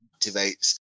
activates